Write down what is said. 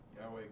Yahweh